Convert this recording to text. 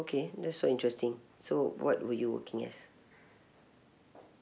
okay that's so interesting so what were you working as